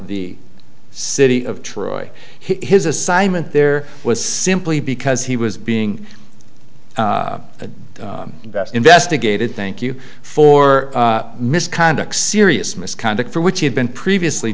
the city of troy his assignment there was simply because he was being the best investigated thank you for misconduct serious misconduct for which he had been previously